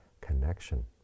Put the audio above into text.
connection